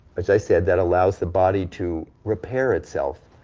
which i said, that allows the body to repair itself,